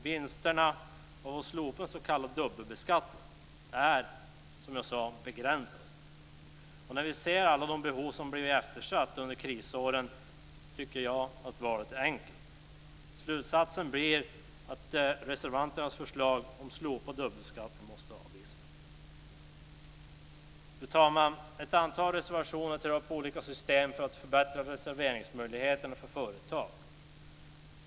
Vinsterna av att slopa den s.k. dubbelbeskattningen är, som sagt, begränsade. Sett till alla behov som blev eftersatta under krisåren är, tycker jag, valet enkelt. Slutsatsen blir att reservanternas förslag om slopad "dubbelbeskattning" måste avvisas. Fru talman! I ett antal reservationer tar man upp olika system för att förbättra reserveringsmöjligheterna för företag.